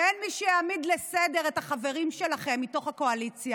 ואין מי שיעמיד לסדר את החברים שלכם מתוך הקואליציה,